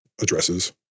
addresses